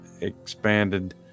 expanded